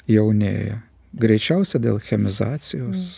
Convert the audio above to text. jaunėja greičiausia dėl chemizacijos